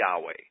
Yahweh